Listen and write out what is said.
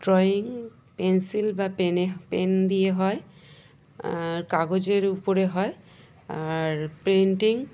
drawing pencil বা পেনে pen দিয়ে হয় আর কাগজের উপরে হয় আর পেন্টিং